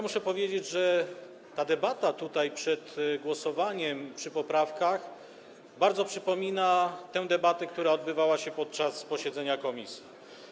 Muszę powiedzieć, że ta debata tutaj przed głosowaniem, przy poprawkach, bardzo przypomina tę debatę, która odbywała się podczas posiedzenia komisji.